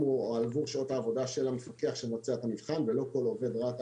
הוא עבור שעות העבודה של המפקח שמבצע את המבחן ולא כל עובד רת"א